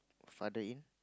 father in